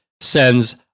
sends